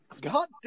God